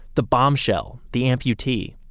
the bombshell, the amputee.